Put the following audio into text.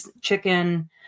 chicken